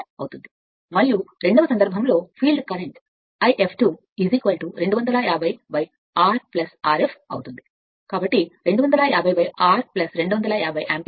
250 250 మరియు రెండవ సందర్భంలో ఫీల్డ్ కరెంట్ ∅1 ను 250251 యాంపియర్ గా సర్క్యూట్ చేయండి కాని రెండవ సందర్భంలో ∅2 250 R Rf అవుతుంది కాబట్టి 250 R 250 యాంపియర్